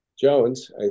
jones